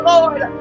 Lord